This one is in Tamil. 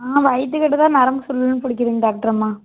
ஆ வயிற்றுக் கிட்டே தான் நரம்பு சுள்ளுனு துடிக்குதுங்க டாக்டரம்மா